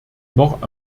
noch